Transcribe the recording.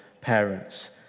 parents